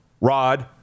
Rod